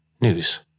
news